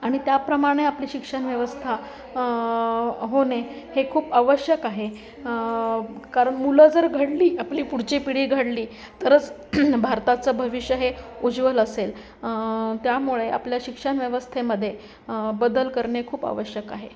आणि त्याप्रमाणे आपली शिक्षण व्यवस्था होणे हे खूप आवश्यक आहे कारण मुलं जर घडली आपली पुढची पिढी घडली तरच भारताचं भविष्य हे उज्वल असेल त्यामुळे आपल्या शिक्षण व्यवस्थेमध्ये बदल करणे खूप आवश्यक आहे